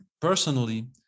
personally